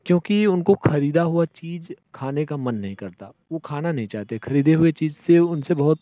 क्योंकि उनको ख़रीदा हुआ चीज़ खाने का मन नहीं करता वह खाना नहीं चाहते ख़रीदे हुए चीज़ से उनसे बहुत